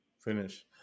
Finish